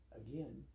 again